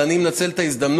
אבל אני מנצל את ההזדמנות